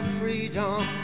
freedom